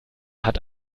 hat